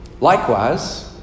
Likewise